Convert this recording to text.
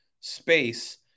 space